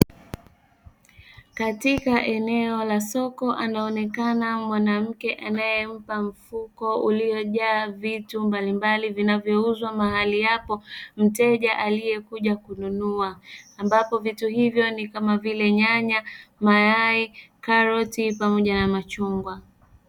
Katika eneo la soko anaonekana mwanamke anae uza mfuko uliojaa vitu mbalimbali vinavyouzwa mahali hapo mteja aliye kuja kununua, ambapo vitu hivyo ni kama vile nyanya, mayai, karoti pamoja na machungwa.